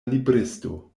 libristo